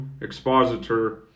Expositor